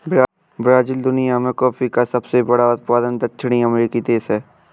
Brazil दुनिया में coffee का सबसे बड़ा उत्पादक दक्षिणी अमेरिकी देश है